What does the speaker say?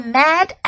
mad